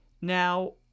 Now